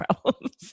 problems